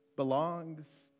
belongs